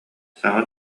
саҥа